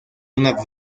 una